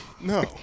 No